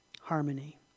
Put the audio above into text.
harmony